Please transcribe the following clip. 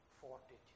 fortitude